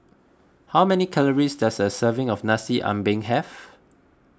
how many calories does a serving of Nasi Ambeng have